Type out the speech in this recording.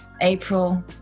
April